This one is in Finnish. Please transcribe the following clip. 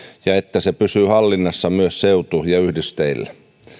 ja että se pysyy hallinnassa myös seutu ja yhdysteillä